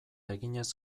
eginez